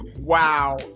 wow